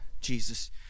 Jesus